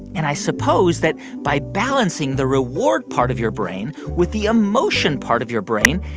and i suppose that by balancing the reward part of your brain with the emotion part of your brain,